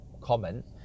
comment